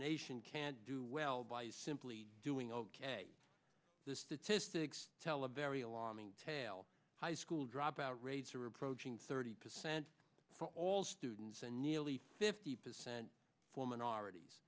nation can't do well by simply doing ok the statistics tell a very alarming tale high school dropout rates are approaching thirty percent for all students and nearly fifty percent for minorities